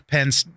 Pence